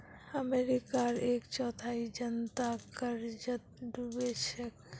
अमेरिकार एक चौथाई जनता कर्जत डूबे छेक